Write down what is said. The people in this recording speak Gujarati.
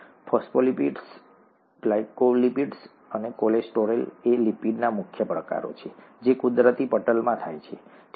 ફોસ્ફોલિપિડ્સ ગ્લાયકોલિપિડ્સ અને કોલેસ્ટરોલ એ લિપિડ્સના મુખ્ય પ્રકારો છે જે કુદરતી પટલમાં થાય છે ઠીક છે